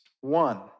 One